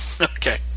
Okay